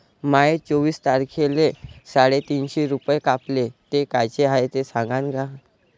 माये चोवीस तारखेले साडेतीनशे रूपे कापले, ते कायचे हाय ते सांगान का?